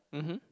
mmhmm